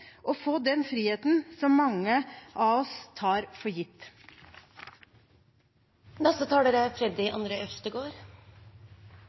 få den friheten som mange av oss tar for gitt. Det er